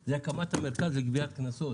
זה הקמת המרכז לגביית קנסות.